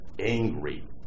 angry